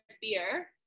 beer